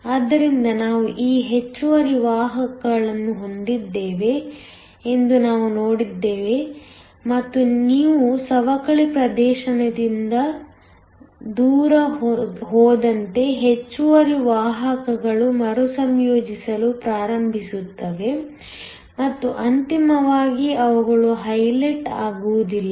ಆದ್ದರಿಂದ ನಾವು ಈ ಹೆಚ್ಚುವರಿ ವಾಹಕಗಳನ್ನು ಹೊಂದಿದ್ದೇವೆ ಎಂದು ನಾವು ನೋಡಿದ್ದೇವೆ ಮತ್ತು ನೀವು ಸವಕಳಿ ಪ್ರದೇಶದಿಂದ ದೂರ ಹೋದಂತೆ ಹೆಚ್ಚುವರಿ ವಾಹಕಗಳು ಮರುಸಂಯೋಜಿಸಲು ಪ್ರಾರಂಭಿಸುತ್ತವೆ ಮತ್ತು ಅಂತಿಮವಾಗಿ ಅವುಗಳು ಹೈಲೈಟ್ ಆಗುವುದಿಲ್ಲ